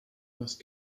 must